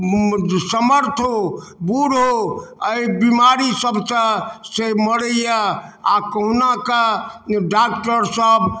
समर्थो बूढ़ो एहि बीमारी सबसँ से मरैया आ कोहुना कऽ डॉक्टर सब